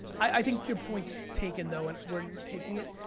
i think your point's taken, though, and where you're taking it.